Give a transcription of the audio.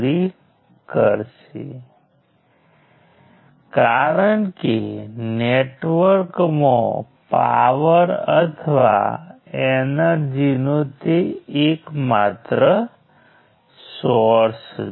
તેથી મારી પાસે જે બાકી છે તે હું તેમને ડેશ લાઇન સાથે બતાવીશ મેં 2 3 4 5 અને 8 છોડી દીધી છે